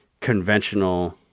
conventional